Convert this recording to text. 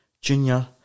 Junior